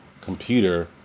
computer